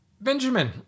Benjamin